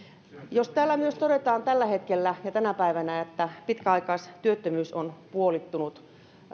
jos täällä myös todetaan tällä hetkellä ja tänä päivänä että pitkäaikaistyöttömyys on puolittunut